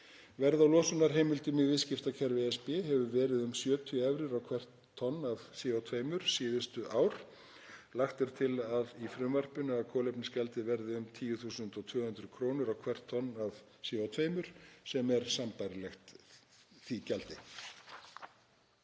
Verð á losunarheimildum í viðskiptakerfi ESB hefur verið um 70 evrur á hvert tonn af CO2 síðustu ár. Lagt er til í frumvarpinu að kolefnisgjaldið verði um 10.200 kr. á hvert tonn af CO2 sem er sambærilegt því gjaldi.